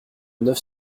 neuf